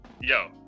Yo